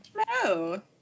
Hello